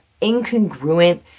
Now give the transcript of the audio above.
incongruent